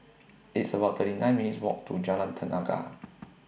It's about thirty nine minutes' Walk to Jalan Tenaga